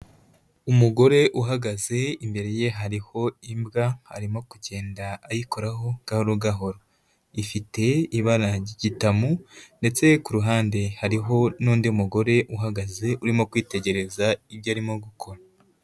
Umugore uhagaze imbere ye hariho imbwa arimo kugenda ayikoraho gahoro gahoro. Ifite ibara ry'igitamu ndetse ku ruhande hariho n'undi mugore uhagaze urimo kwitegereza ibyo arimo gukora.